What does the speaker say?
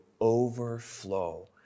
overflow